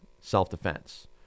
Self-defense